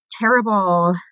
terrible